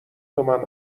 تومن